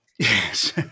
Yes